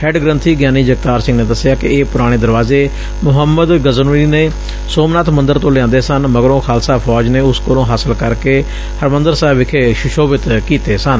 head ਗ੍ਰੰਥੀ ਗਿਆਨੀ ਜਗਤਾਰ ਸਿੰਘ ਨੇ ਦੱਸਿਆ ਕਿ ਇਹ ਪੁਰਾਣੇ ਦਰਵਾਜੇ ਮੁਹੱਮਦ ਗਜ਼ਨਵੀ ਨੇ ਸੋਮਨਾਥ ਮੰਦਿਰ ਤੋ ਲਿਆਂਦੇ ਸਨ ਮਗਰੋਂ ਖਾਲਸਾ ਫੌਜ ਨੇ ਉਸ ਕੋਲੋ ਹਾਸਿਲ ਕਰਕੇ ਹਰਿਮੰਦਿਰ ਸਾਹਿਬ ਵਿਖੇ ਸੁਸ਼ੋਭਿਤ ਕੀਤੇ ਸਨ